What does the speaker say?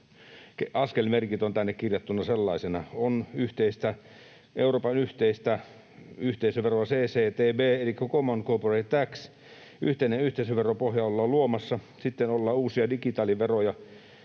askelmerkit on tänne kirjattuna sellaisenaan: on Euroopan yhteistä yhteisöveroa, CCTB eli common corporate tax, yhteinen yhteisöveropohja ollaan luomassa, sitten on uusia digitaaliveroja,